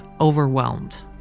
overwhelmed